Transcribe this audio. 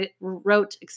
wrote